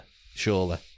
Surely